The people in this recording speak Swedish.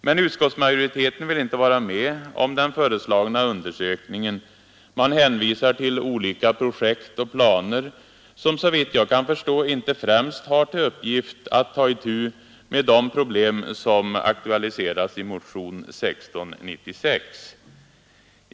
Men utskottsmajoriteten vill inte vara med om den föreslagna undersökningen. Man hänvisar till olika projekt och planer, som såvitt jag kan förstå inte främst har till uppgift att ta itu med de problem som aktualiserats i motionen 1696.